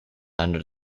under